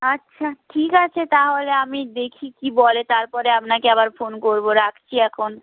আচ্ছা ঠিক আছে তাহলে আমি দেখি কি বলে তারপরে আপনাকে আবার ফোন করবো রাখছি এখন